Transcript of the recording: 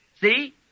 see